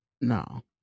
No